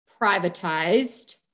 privatized